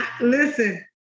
listen